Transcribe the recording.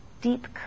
deep